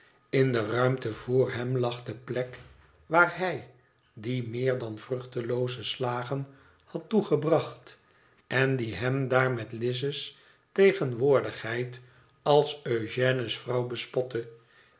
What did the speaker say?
in de ruimte vr hem lag de plek waar hij die meer dan vruchteloze slagen had toegebracht en die hem daar met lize s tegenwoordigheid als eugène's vrouw bespotte